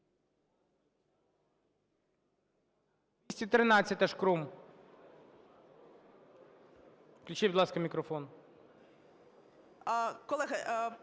Колеги,